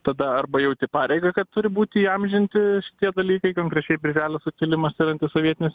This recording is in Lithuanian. tada arba jauti pareigą kad turi būti įamžinti tie dalykai konkrečiai birželio sukilimas ir antisovietinis